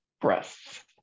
breasts